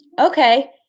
Okay